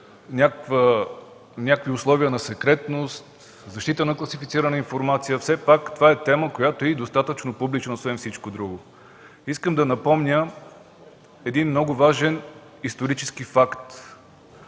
някакви условия на секретност, защита на класифицирана информация. Все пак това е тема, която е достатъчно публична, освен всичко друго. Искам да напомня един много важен исторически факт.